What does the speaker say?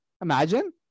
Imagine